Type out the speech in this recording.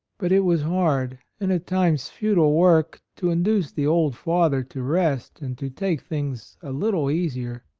but, it was hard and at times futile work to induce the old father to rest and to take things a little easier.